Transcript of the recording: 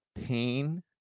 pain